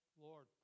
Lord